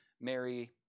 Mary